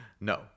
No